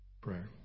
prayer